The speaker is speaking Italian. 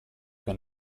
che